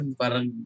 parang